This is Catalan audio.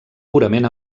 purament